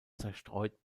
zerstreut